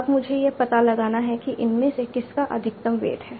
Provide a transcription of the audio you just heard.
अब मुझे यह पता लगाना है कि इनमें से किसका अधिकतम वेट है